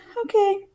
okay